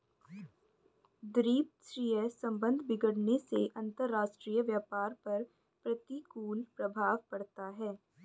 द्विपक्षीय संबंध बिगड़ने से अंतरराष्ट्रीय व्यापार पर प्रतिकूल प्रभाव पड़ता है